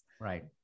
right